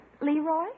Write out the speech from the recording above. Leroy